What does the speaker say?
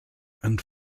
and